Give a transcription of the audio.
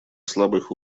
слабых